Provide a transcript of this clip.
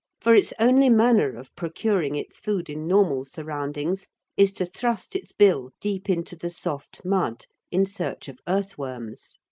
for its only manner of procuring its food in normal surroundings is to thrust its bill deep into the soft mud in search of earthworms.